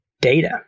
data